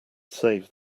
save